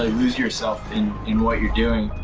ah lose yourself in in what you're doing.